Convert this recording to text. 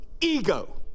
ego